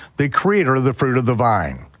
the creator of the fruit of the vine.